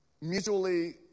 mutually